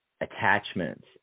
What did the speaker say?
Attachments